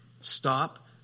Stop